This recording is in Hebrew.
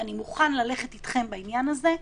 ואני מוכן ללכת אתכם בעניין הזה,